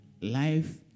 Life